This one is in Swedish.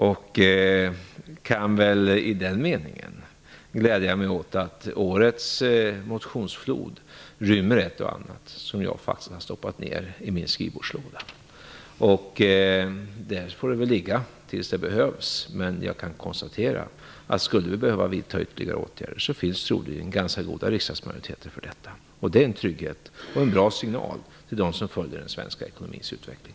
I den meningen kan jag väl glädja mig åt att årets motionsflod rymmer ett och annat som jag faktiskt har stoppat ner i min skrivbordslåda. Där får det väl ligga tills det behövs. Men skulle vi behöva vidta ytterligare åtgärder, så finns det troligen ganska goda riksdagsmajoriteter för det. Det är en trygghet och en bra signal till dem som följer den svenska ekonomins utveckling.